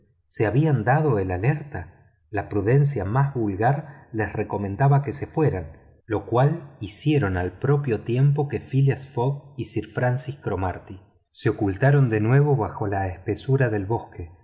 se había dado el alerta la prudencia más vulgar les recomendaba que se fueran lo cual hicieron al propio tiempo que phileas fogg y sir francis comarty se ocultaron de nuevo bajo la espesura del bosque